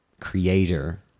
creator